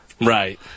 Right